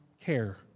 care